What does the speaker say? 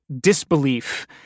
disbelief